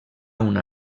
una